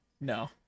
no